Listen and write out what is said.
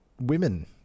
Women